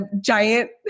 giant